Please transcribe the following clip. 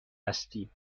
هستیم